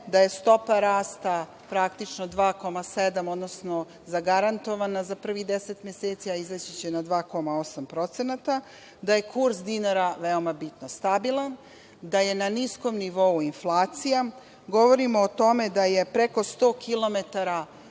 da je stopa rasta praktično 2,7%, odnosno zagarantovana za prvih deset meseci, a izaći će na 2,8 procentara, da je kurs dinara veoma bitno stabilan, da je na niskom nivou inflacija, govorimo o tome da je preko 100 kilometara